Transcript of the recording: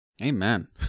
Amen